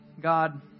God